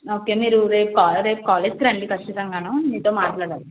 okay మీరు రేపు కా రేపు కాలేజీకి రండి ఖచ్చితంగా మీతో మాట్లాడాలి